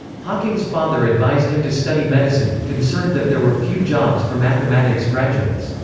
hawking's father advised him to study medicine, concerned that there were few jobs for mathematics graduates.